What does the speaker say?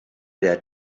der